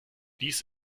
dies